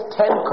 ten